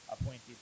appointees